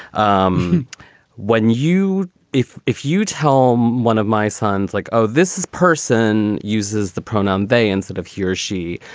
um when you if if you tell um one of my sons, like, oh, this is person uses the pronoun they instead of he or she,